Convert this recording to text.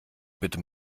bitte